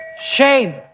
Shame